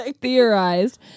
theorized